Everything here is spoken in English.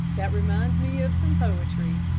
that reminds me of some poetry,